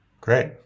Great